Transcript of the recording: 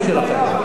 תתחייב, בבקשה.